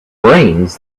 brains